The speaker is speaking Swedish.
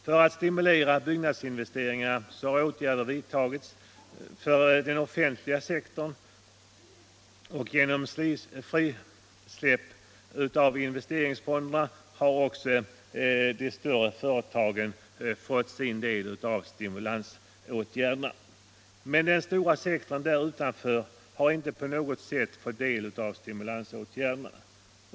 För att stimulera byggnadsinvesteringar har åtgärder vidtagits för den offentliga sektorn, och genom frisläpp av investeringsfonder har också de större företagen fått sin del av stimulansåtgärderna. Men den stora sektorn där utanför har inte på något sätt fått del av dem.